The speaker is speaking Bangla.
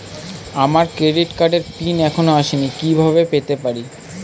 আমার ক্রেডিট কার্ডের পিন এখনো আসেনি কিভাবে পেতে পারি?